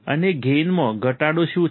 અને ગેઇનમાં ઘટાડો શું છે